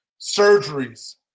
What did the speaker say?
surgeries